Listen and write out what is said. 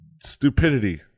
stupidity